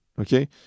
Okay